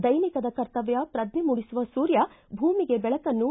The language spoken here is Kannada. ದೈನಿಕದ ಕರ್ತವ್ಯ ಪ್ರಜ್ಞೆ ಮೂಡಿಸುವ ಸೂರ್ಯ ಭೂಮಿಗೆ ಬೆಳಕನ್ನೂ